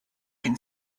can